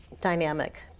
dynamic